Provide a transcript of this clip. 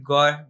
God